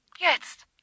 Jetzt